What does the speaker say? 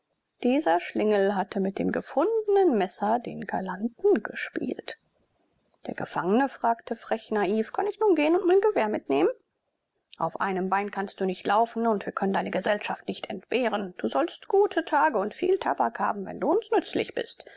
dieser schlingel hatte mit dem gefundenen messer den galanten gespielt der gefangene fragte frech naiv kann ich nun gehen und mein gewehr mitnehmen auf einem bein kannst du nicht laufen und wir können deine gesellschaft nicht entbehren du sollst gute tage und viel tabak haben wenn du uns nützlich bist